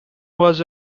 was